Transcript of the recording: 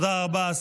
תודה רבה.